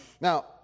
Now